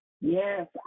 Yes